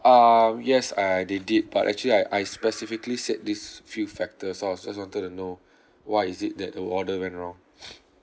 um yes uh they did but actually I I specifically said these few factors so I was just wanted to know why is it that the order went wrong